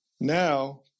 Now